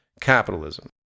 capitalism